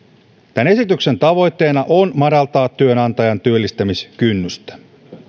tämän esityksen tavoitteena on madaltaa työnantajan työllistämiskynnystä